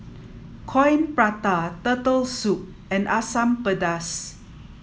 Coin Prata Turtle Soup and Asam Pedas